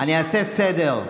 אני אעשה סדר.